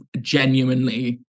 genuinely